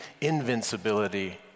invincibility